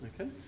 okay